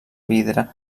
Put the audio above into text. vidre